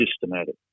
systematic